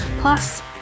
Plus